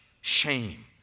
shame